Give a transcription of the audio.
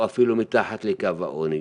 או אפילו מתחת לקו העוני,